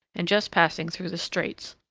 and just passing through the streights.